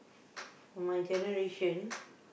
for my generation